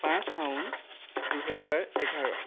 পাঁচ শাওণ দুহেজাৰ এঘাৰ